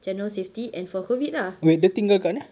general safety and for COVID ah